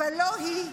אבל לא היא.